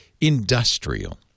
industrial